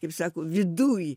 kaip sako viduj